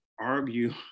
argue